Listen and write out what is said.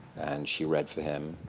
and she read for him.